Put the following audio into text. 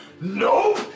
NOPE